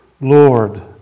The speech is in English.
Lord